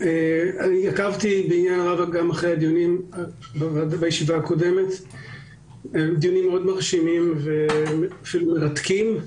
עקבתי בעניין רב גם אחרי הדיון הקודם שהיה מרשים ביותר,